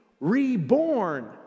reborn